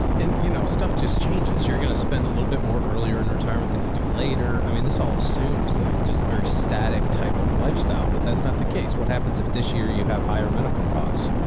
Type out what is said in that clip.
and, you know, stuff just changes. you're going to spend a little bit more earlier in retirement than you do later. i mean, this all assumes like just a very static type of lifestyle, but that's not the case. what happens if this year you have higher medical costs?